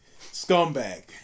Scumbag